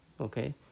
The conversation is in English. Okay